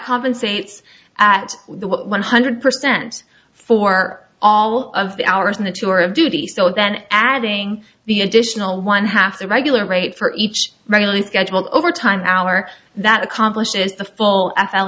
compensates at one hundred percent for all of the hours in the tour of duty still and then adding the additional one half the regular rate for each regularly scheduled overtime hour that accomplishes the full f l